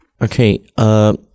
Okay